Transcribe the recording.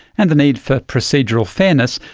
and the need for procedural fairness,